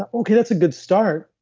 okay. that's a good start.